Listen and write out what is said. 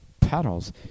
petals